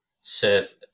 serve